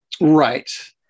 Right